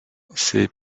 ses